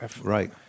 Right